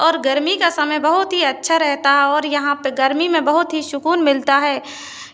और गर्मी का समय बहुत ही अच्छा रहता है और यहाँ पे गर्मी में बहुत ही सुकून मिलता है